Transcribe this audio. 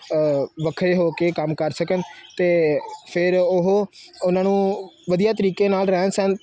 ਵੱਖਰੇ ਹੋ ਕੇ ਕੰਮ ਕਰ ਸਕਣ ਅਤੇ ਫਿਰ ਉਹ ਉਹਨਾਂ ਨੂੰ ਵਧੀਆ ਤਰੀਕੇ ਨਾਲ ਰਹਿਣ ਸਹਿਣ